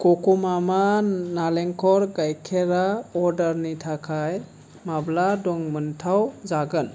क'क' मामा नालेंखर गायखेरा अर्डारनि थाखाय माब्ला दंमोनथाव जागोन